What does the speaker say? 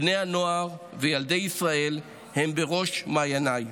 בני הנוער וילדי ישראל הם בראש מעייניי,